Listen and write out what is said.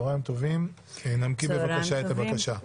צוהריים טובים, תנמקי בבקשה את הבקשה.